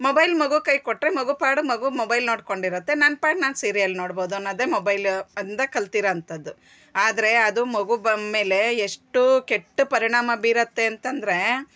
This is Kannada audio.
ಮೊಬೈಲ್ ಮಗು ಕೈ ಕೊಟ್ರೆ ಮಗು ಪಾಡ್ಗೆ ಮಗು ಮೊಬೈಲ್ ನೋಡ್ಕೊಂಡಿರತ್ತೆ ನನ್ನ ಪಾಡ್ಗೆ ನಾನು ಸೀರಿಯಲ್ ನೋಡ್ಬೋದು ಅನ್ನೋದೆ ಮೊಬೈಲ್ ಇಂದ ಕಲಿತಿರೋವಂಥದ್ದು ಆದರೆ ಅದು ಮಗು ಬ ಮೇಲೆ ಎಷ್ಟು ಕೆಟ್ಟು ಪರಿಣಾಮ ಬೀರತ್ತೆ ಅಂತೆಂದ್ರೆ